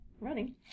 running